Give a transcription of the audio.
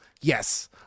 yes